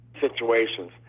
situations